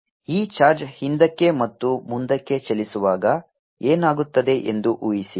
Total power q24A212π0c3 ಈಗ ಈ charge ಹಿಂದಕ್ಕೆ ಮತ್ತು ಮುಂದಕ್ಕೆ ಚಲಿಸುವಾಗ ಏನಾಗುತ್ತದೆ ಎಂದು ಊಹಿಸಿ